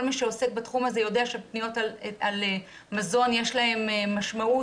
כל מי שעוסק בתחום הזה יודע שפניות על מזון יש להן משמעות